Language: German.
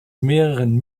mehreren